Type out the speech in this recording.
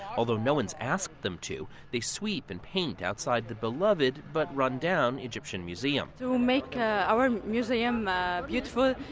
although no one's asked them to, they sweep and paint outside the beloved, but rundown, egyptian museum to make ah our museum beautiful.